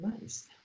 Nice